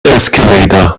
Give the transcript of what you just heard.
escalator